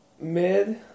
Mid